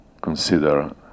consider